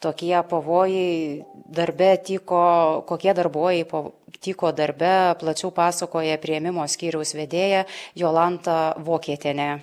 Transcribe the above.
tokie pavojai darbe tyko kokie darbuojai po tyko darbe plačiau pasakoja priėmimo skyriaus vedėja jolanta vokietienė